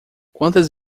quantas